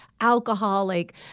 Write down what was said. alcoholic